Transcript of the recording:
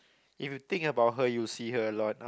if you think about her you will see her alot